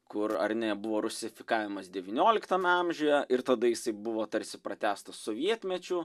kur ar ne buvo rusifikavimas devynioliktame amžiuje ir tada jisai buvo tarsi pratęstas sovietmečiu